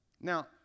Now